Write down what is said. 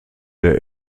der